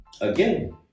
again